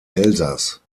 elsass